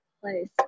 place